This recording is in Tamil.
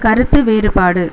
கருத்து வேறுபாடு